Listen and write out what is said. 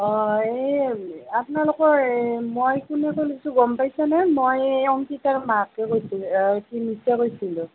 এই আপোনালোকৰ মই কোনে কৈছোঁ গম পাইছেনে মই অংকিতাৰ মাকে কৈছোঁ কি মিচে কৈছিলোঁ